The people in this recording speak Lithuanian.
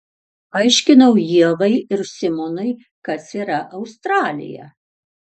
aiškinau ievai ir simonui kas yra australija